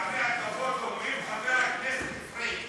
מטעמי הכבוד, אומרים: חבר הכנסת פריג'.